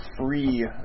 free